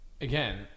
again